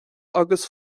agus